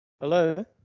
Hello